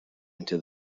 into